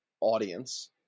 audience